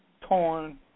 Torn